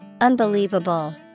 Unbelievable